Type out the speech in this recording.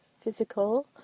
physical